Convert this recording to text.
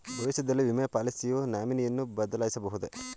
ಭವಿಷ್ಯದಲ್ಲಿ ವಿಮೆ ಪಾಲಿಸಿಯ ನಾಮಿನಿಯನ್ನು ಬದಲಾಯಿಸಬಹುದೇ?